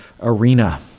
arena